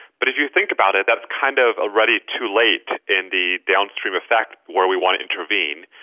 but if you think about it, that's kind of already too late in the downstream effect where we want to intervene.